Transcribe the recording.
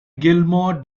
gilmore